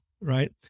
right